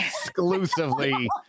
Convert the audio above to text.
exclusively